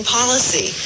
policy